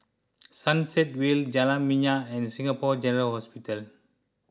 Sunset Vale Jalan Minyak and Singapore General Hospital